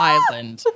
Island